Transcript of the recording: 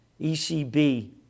ECB